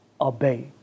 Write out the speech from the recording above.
Obey